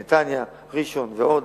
נתניה, ראשון-לציון ועוד.